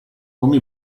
come